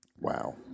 Wow